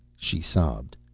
she sobbed.